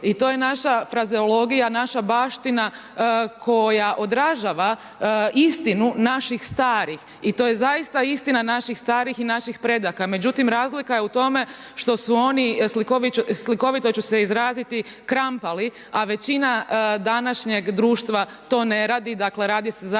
I to je naša frazeologija, naša baština koja odražava istinu naših starih. I to je zaista istina naših starih i naših predaka. Međutim, razlika je u tome što su oni slikovito ću se izraziti krampali, a većina današnjeg društva to ne radi. Dakle, radi se zaista o